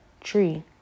tree